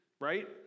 right